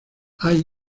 hay